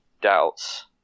doubts